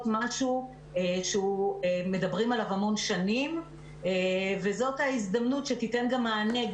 משהו שמדברים עליו המון שנים וזאת ההזדמנות שתיתן גם מענה,